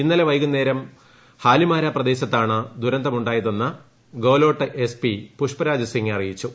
ഇന്നലെ വൈകുന്നേരം ഹാലിമാര പ്രദേശത്താണ് ദുരന്തമു ായതെന്ന് ഗോലാഘട്ട് എസ് പി പുഷ്പരാജ് സിംഗ് അറിയിച്ചു